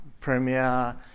Premier